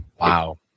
Wow